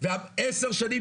ועשר שנים